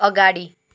अगाडि